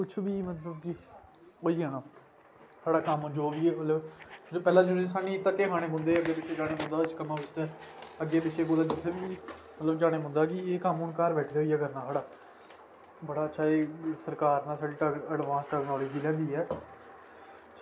कुछ बी मतलब की होई जाना साढ़ा कम्म जो बी होग जियां पैह्लें जियां सानूं धक्के खानै पौंदे हे अग्गें पिच्छें जाने गी अग्गें पिच्छें कुदै जाना पौंदा हा जी एह् कम्म घर बैठे दे होई जाना तुंदा बड़ा अच्छा जी सरकार नै साढ़े ताहीं अड़वांस टेक्नोलॉज़ी लेई आई ऐ